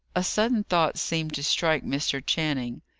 a sudden thought seemed to strike mr. channing.